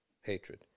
hatred